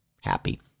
happy